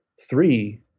Three